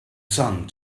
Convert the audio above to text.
sun